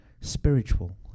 Spiritual